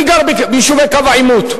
אני גר ביישוב מיישובי קו העימות.